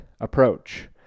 approach